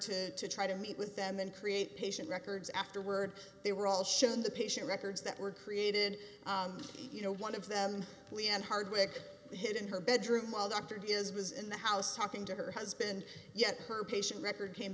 used to try to meet with them and create patient records afterward they were all shown in the patient records that were created you know one of them liane hardwick hid in her bedroom while dr does was in the house talking to her husband yet her patient record came